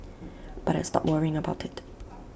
but I stopped worrying about IT